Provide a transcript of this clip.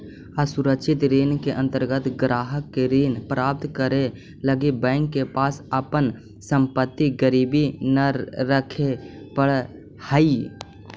असुरक्षित ऋण के अंतर्गत ग्राहक के ऋण प्राप्त करे लगी बैंक के पास अपन संपत्ति गिरवी न रखे पड़ऽ हइ